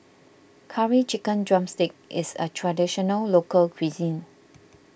Curry Chicken Drumstick is a Traditional Local Cuisine